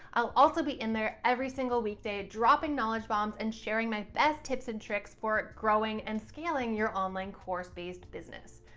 i'll also be in there every single weekday, dropping knowledge bombs and sharing my best tips and tricks for growing and scaling your online course based business.